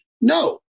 No